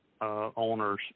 owners